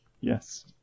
Yes